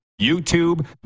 YouTube